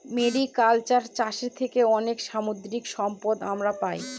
mariculture চাষের থেকে অনেক সামুদ্রিক সম্পদ আমরা পাই